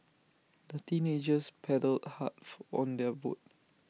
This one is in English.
the teenagers paddled hard on their boat